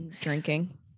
Drinking